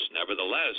nevertheless